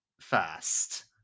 first